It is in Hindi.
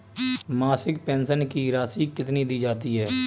मासिक पेंशन की राशि कितनी दी जाती है?